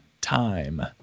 time